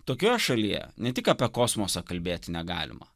tokioje šalyje ne tik apie kosmosą kalbėti negalima